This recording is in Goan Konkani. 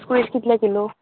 स्किड्स कितले किलो